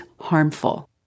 harmful